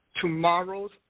tomorrow's